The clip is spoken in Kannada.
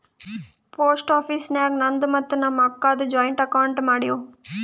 ಪೋಸ್ಟ್ ಆಫೀಸ್ ನಾಗ್ ನಂದು ಮತ್ತ ನಮ್ ಅಕ್ಕಾದು ಜಾಯಿಂಟ್ ಅಕೌಂಟ್ ಮಾಡಿವ್